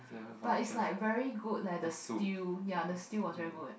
but is like very good leh the stew ya the stew was very good